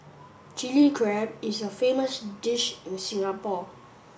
Chilli Crab is a famous dish in Singapore